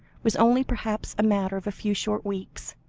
was only perhaps a matter of a few short weeks.